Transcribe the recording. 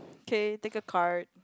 okay take a card